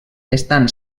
estan